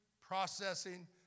processing